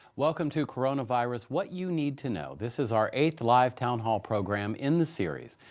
welcome to coronavirus what you need to know. this is our eighth live town hall program in the series.